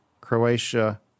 Croatia